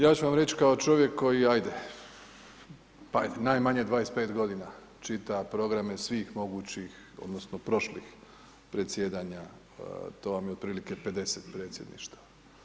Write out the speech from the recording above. Ja ću vam reći kao čovjek koji ajde, pa ajde, najmanje 25 godina čita programe svih mogućih, odnosno prošlih predsjedanja, to vam je otprilike 50 predsjedništava.